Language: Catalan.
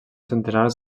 centenars